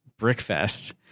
BrickFest